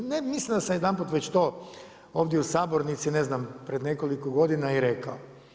Mislim da sam jedanput već to ovdje u sabornici, ne znam, pred nekoliko godina i rekao.